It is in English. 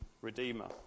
Redeemer